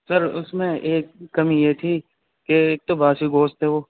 سر اس میں ایک کمی یہ تھی کہ ایک تو باسی گوشت ہے وہ